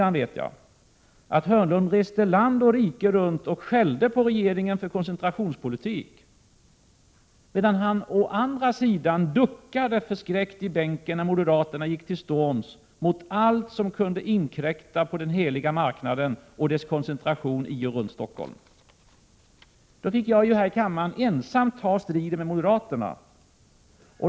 Jag vet att Börje Hörnlund å ena sidan reste land och rike kring och skällde på regeringen för vår koncentrationspolitik, medan han å andra sidan duckade förskräckt i bänken då moderaterna gick till storms mot allt som kunde inkräkta på den heliga marknaden och dess koncentration i och runt Stockholm. Då fick jag ju ensam ta striden med moderaterna här i kammaren.